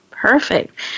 Perfect